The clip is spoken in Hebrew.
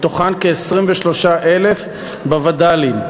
מהן כ-23,000 בווד"לים.